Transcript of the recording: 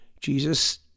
Jesus